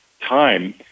time